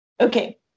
Okay